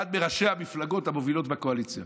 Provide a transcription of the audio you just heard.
אחד מראשי המפלגות המובילות בקואליציה.